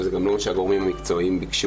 וזה גם לא מה שהגורמים המקצועיים ביקשו.